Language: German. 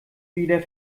wieder